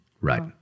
right